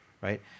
right